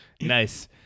Nice